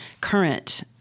current